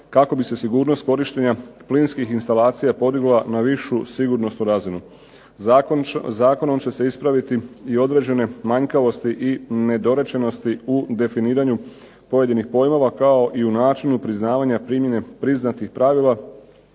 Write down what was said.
kako bi se sigurnost korištenja plinskih instalacija podigla na višu sigurnosnu razinu. Zakonom će se ispraviti i određene manjkavosti i nedorečenosti u definiranju pojedinih pojmova kao i u načinu priznavanja primjene priznatih pravila